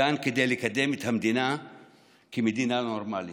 כאן כדי לקדם את המדינה כמדינה נורמלית.